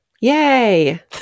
yay